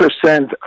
percent